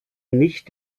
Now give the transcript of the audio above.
nicht